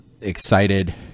Excited